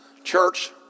church